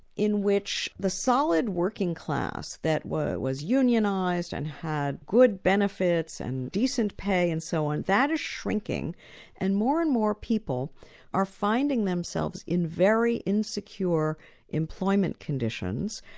in which the solid working-class that was was unionised and had good benefits and decent pay and so on, that is shrinking and more and more people are finding themselves in very insecure employment conditions.